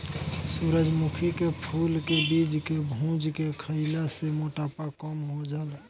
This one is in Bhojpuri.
सूरजमुखी के फूल के बीज के भुज के खईला से मोटापा कम हो जाला